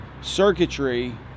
circuitry